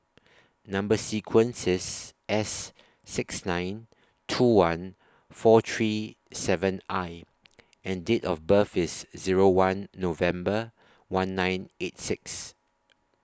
Number sequence IS S six nine two one four three seven I and Date of birth IS Zero one November one nine eight six